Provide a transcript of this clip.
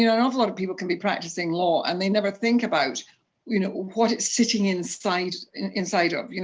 you know an awful lot of people can be practising law and they never think about you know what it's sitting inside inside of. you know